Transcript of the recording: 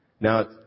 Now